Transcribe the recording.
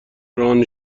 ران